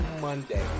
Monday